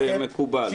ומקובל.